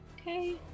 okay